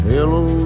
Hello